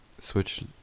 Switch